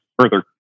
further